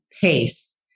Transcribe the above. pace